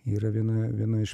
yra viena viena iš